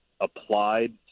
applied